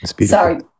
Sorry